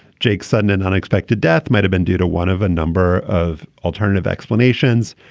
jake's sudden and unexpected death might have been due to one of a number of alternative explanations,